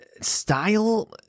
style